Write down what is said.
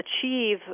achieve